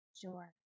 Sure